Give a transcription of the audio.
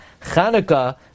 Chanukah